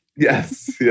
Yes